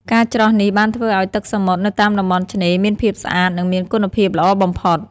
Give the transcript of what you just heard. ការច្រោះនេះបានធ្វើឲ្យទឹកសមុទ្រនៅតាមតំបន់ឆ្នេរមានភាពស្អាត និងមានគុណភាពល្អបំផុត។